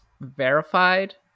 verified